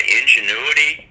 ingenuity